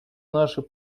нашей